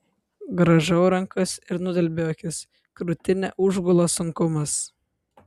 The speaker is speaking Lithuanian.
grąžau rankas ir nudelbiu akis krūtinę užgula sunkumas